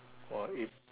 !wah! eh